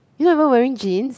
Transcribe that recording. you not even wearing jeans